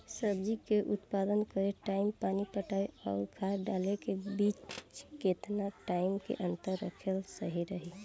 सब्जी के उत्पादन करे टाइम पानी पटावे आउर खाद डाले के बीच केतना टाइम के अंतर रखल सही रही?